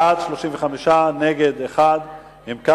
בעד, 35, נגד, 1, אין נמנעים.